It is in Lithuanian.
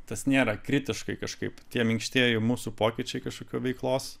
tas nėra kritiškai kažkaip tie minkštieji mūsų pokyčiai kažkokių veiklos